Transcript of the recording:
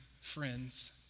friends